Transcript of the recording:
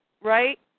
Right